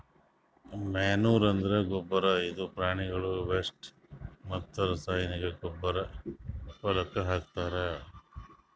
manure ಅಂದ್ರ ಗೊಬ್ಬರ್ ಇದು ಪ್ರಾಣಿಗಳ್ದು ವೆಸ್ಟ್ ಮತ್ತ್ ರಾಸಾಯನಿಕ್ ಗೊಬ್ಬರ್ನು ಹೊಲಕ್ಕ್ ಹಾಕ್ತಾರ್